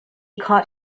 caught